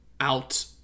out